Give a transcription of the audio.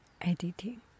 editing